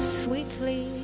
sweetly